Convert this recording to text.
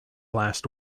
last